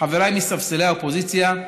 אך, חבריי מספסלי האופוזיציה,